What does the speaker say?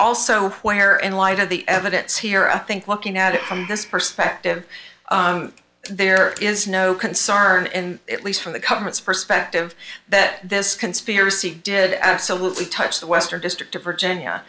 also where and light of the evidence here i think working at it from this perspective there is no concern and at least from the comforts perspective that this conspiracy did absolutely touch the western district of virginia